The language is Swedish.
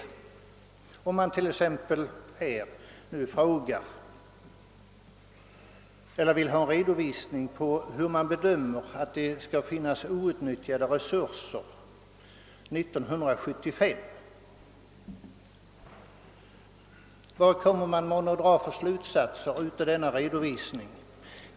Vad kan man t.ex. dra för slutsatser av svaret på frågan vilka outnyttjade resurser kommunen beräknar ha 1975?